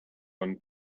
one